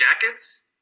jackets